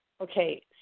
Okay